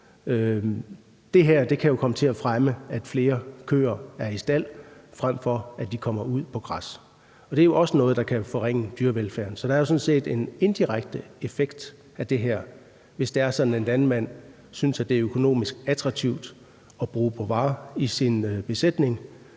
det her jo kan komme til at fremme, at flere køer er i stald, frem for at de kommer ud på græs, og det er jo også noget, der kan forringe dyrevelfærden. Så der er sådan set en indirekte effekt af det her, hvis det er sådan, at landmændene synes, at det er økonomisk attraktivt at bruge Bovaer til deres besætning,